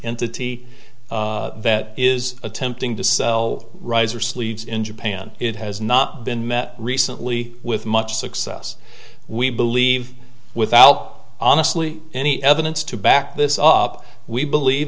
entity that is attempting to sell riser sleeves in japan it has not been met recent really with much success we believe without honestly any evidence to back this up we believe